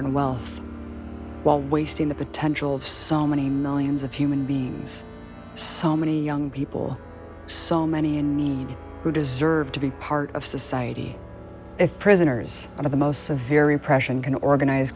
and wealth while wasting the potential of so many millions of human beings so many young people so many in need who deserve to be part of society if prisoners of the most a very pression can organize